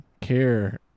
care